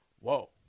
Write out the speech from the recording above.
Whoa